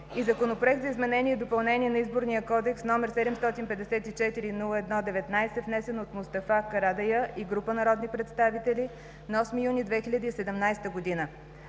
и Законопроект за изменение и допълнение на Изборния кодекс, № 754-01-19, внесен от Мустафа Сали Карадайъ и група народни представители на 8 юни 2017 г.